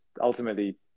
ultimately